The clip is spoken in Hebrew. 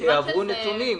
שיעברו נתונים.